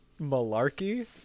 malarkey